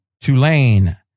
Tulane